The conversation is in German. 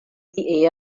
die